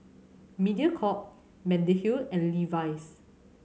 Mediacorp Mediheal and Levi's